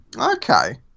Okay